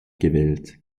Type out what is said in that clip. gewählt